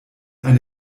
eine